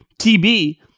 TB